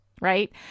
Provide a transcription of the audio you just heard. right